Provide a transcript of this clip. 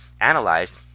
analyzed